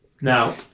now